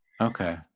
Okay